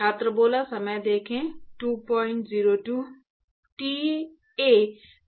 T A पर निर्भर था